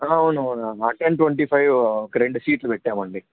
అవునువును at ten twenty five ఒక రెండు స్ట్రిప్లు పెట్టామండి